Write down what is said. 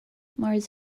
mars